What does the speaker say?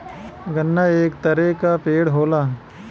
गन्ना एक तरे क पेड़ होला